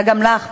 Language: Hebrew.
תודה גם לך,